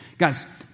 Guys